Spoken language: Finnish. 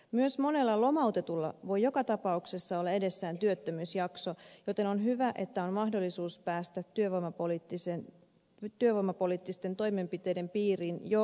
myös monella lomautetulla voi joka tapauksessa olla edessään työttömyysjakso joten on hyvä että on mahdollisuus päästä työvoimapoliittisten toimenpiteiden piiriin jo lomautuksen aikana